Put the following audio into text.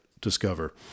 discover